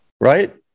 Right